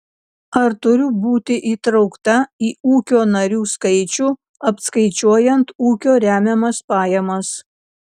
ar turiu būti įtraukta į ūkio narių skaičių apskaičiuojant ūkio remiamas pajamas